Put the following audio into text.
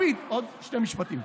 לפיד, עוד שני משפטים.